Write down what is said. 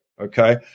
Okay